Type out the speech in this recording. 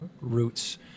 roots